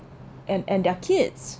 and and their kids